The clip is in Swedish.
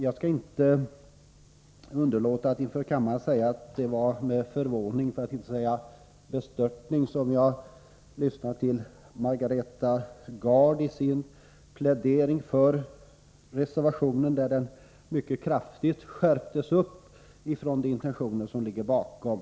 Jag skall inte underlåta att inför kammaren säga att det var med förvåning, för att inte säga bestörtning, som jag lyssnade till Margareta Gards plädering för reservationen, där kraven skärptes mycket kraftigt jämfört med de motioner som ligger bakom.